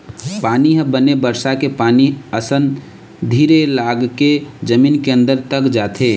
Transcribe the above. पानी ह बने बरसा के पानी असन धीर लगाके जमीन के अंदर तक जाथे